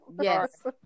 Yes